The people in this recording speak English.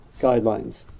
guidelines